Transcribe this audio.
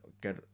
get